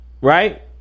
right